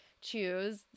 Choose